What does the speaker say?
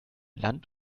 land